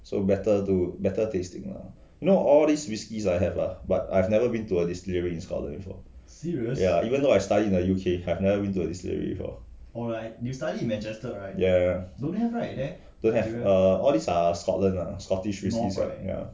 so better to better tasting lah not all these whiskies I have lah but I've never been to a distillery in scotland before ya even though I study in the U_K kind never been to a distillery before ya don't have err all this are scotland lah scottish whisky ya